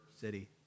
city